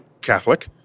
catholic